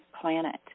planet